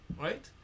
right